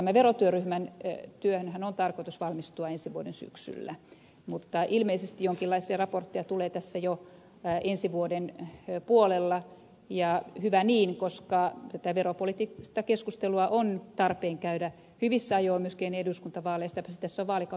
tämän verotyöryhmän työnhän on tarkoitus valmistua ensi vuoden syksyllä mutta ilmeisesti jonkinlaisia raportteja tulee jo ensi vuoden puolella ja hyvä niin koska tätä veropoliittista keskustelua on tarpeen käydä hyvissä ajoin myöskin ennen eduskuntavaaleja